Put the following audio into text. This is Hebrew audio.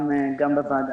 גם בוועדה.